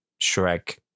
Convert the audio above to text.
Shrek